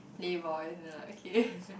playboys then i like okay